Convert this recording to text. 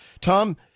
Tom